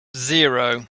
zero